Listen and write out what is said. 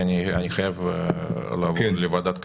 כי אני חייב לעבור לוועדת כלכלה.